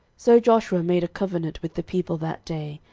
so joshua made a covenant with the people that day,